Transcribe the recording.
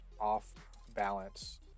off-balance